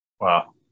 Wow